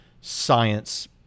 science